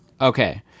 Okay